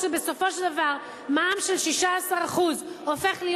שבסופו של דבר מע"מ של 16% הופך להיות